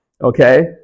Okay